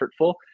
effortful